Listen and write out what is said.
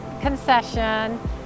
concession